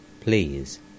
Please